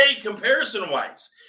comparison-wise